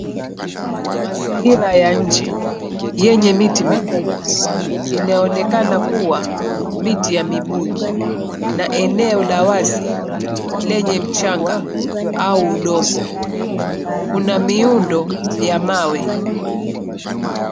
Mazingira ya nje yenye miti mikubwa inaonekana kuwa miti ya mibuyu na eneo la wazi lenye mchanga au udongo. Kuna miundo ya mawe.